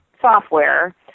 software